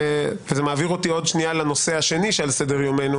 וזה מעביר אותי עוד שנייה לנושא השני שעל סדר-יומנו,